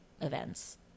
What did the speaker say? events